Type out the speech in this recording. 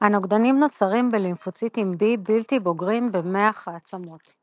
הנוגדנים נוצרים בלימפוציטים-B בלתי בוגרים במח העצמות.